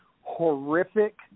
horrific